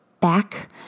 back